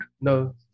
No